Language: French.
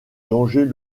danger